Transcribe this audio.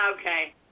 okay